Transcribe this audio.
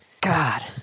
God